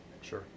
Sure